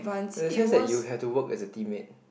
in a sense that you have to work as a teammate